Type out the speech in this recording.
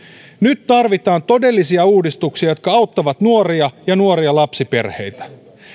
nyt tarvitaan todellisia uudistuksia jotka auttavat nuoria ja nuoria lapsiperheitä